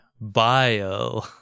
bio